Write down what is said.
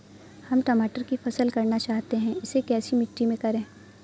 हम टमाटर की फसल करना चाहते हैं इसे कैसी मिट्टी में करें?